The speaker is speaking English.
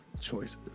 choices